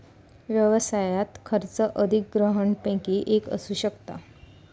व्यवसायात खर्च अधिग्रहणपैकी एक असू शकता